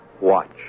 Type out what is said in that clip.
Watch